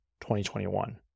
2021